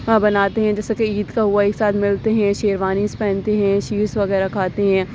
اور بناتے ہیں جیسے کہ عید کا ہوا ایک ساتھ ملتے ہیں شیروانی پہنتے ہیں شیر وغیرہ کھاتے ہیں